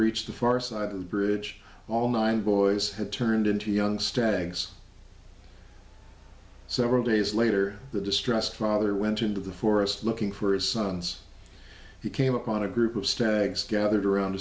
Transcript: reached the far side of the bridge all nine boys had turned into young stags several days later the distressed father went into the forest looking for his sons he came upon a group of stags gathered around